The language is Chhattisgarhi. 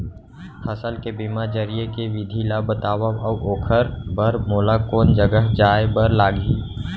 फसल के बीमा जरिए के विधि ला बतावव अऊ ओखर बर मोला कोन जगह जाए बर लागही?